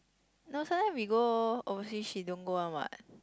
no sometime we go oversea she don't go one what